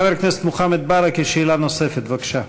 חבר הכנסת מוחמד ברכה, שאלה נוספת, בבקשה.